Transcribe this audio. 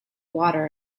water